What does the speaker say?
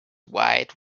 wide